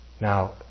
Now